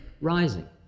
rising